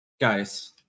Guys